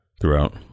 throughout